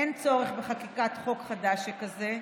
אין צורך בחקיקת חוק חדש שכזה,